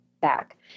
back